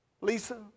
Lisa